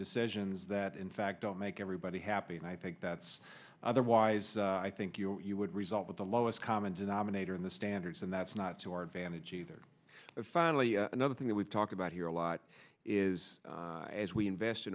decisions that in fact don't make everybody happy and i think that's otherwise i think you would result with the lowest common denominator in the standards and that's not to our advantage either finally another thing that we've talked about here a lot is as we invest